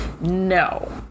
no